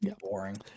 Boring